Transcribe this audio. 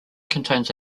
contains